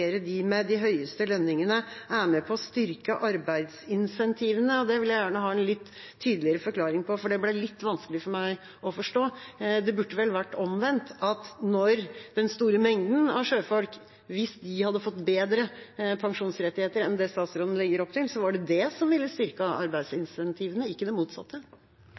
med de høyeste lønningene, er med på å styrke arbeidsincentivene. Det vil jeg gjerne ha en litt tydeligere forklaring på, for det ble litt vanskelig for meg å forstå. Det burde vel vært omvendt – at hvis den store mengden av sjøfolk hadde fått bedre pensjonsrettigheter enn det statsråden legger opp til, ville det styrket arbeidsinsentivene, ikke det